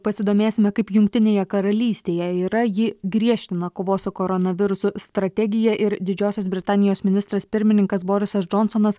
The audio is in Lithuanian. pasidomėsime kaip jungtinėje karalystėje yra ji griežtina kovos su koronavirusu strategiją ir didžiosios britanijos ministras pirmininkas borisas džonsonas